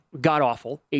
god-awful